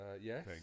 Yes